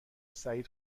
سعید